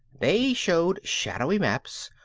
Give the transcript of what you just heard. they showed shadowy maps,